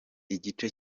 igice